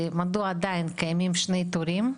מדוע עדיין קיימים שני תורים?